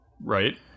Right